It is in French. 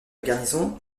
garnison